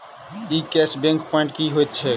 ई cashback point की होइत छैक?